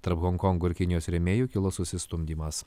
tarp honkongo ir kinijos rėmėjų kilo susistumdymas